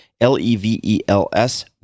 L-E-V-E-L-S